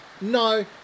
No